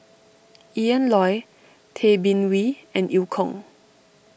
Ian Loy Tay Bin Wee and Eu Kong